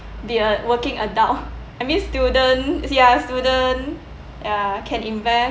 the uh working adult I mean student ya student can invent